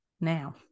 now